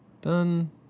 done